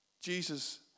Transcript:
Jesus